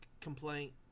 complaint